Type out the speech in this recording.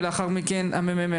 ולאחר מכן הממ"מ,